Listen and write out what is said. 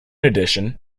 addition